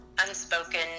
unspoken